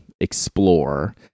explore